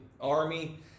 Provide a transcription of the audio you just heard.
army